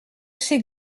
ses